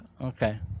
okay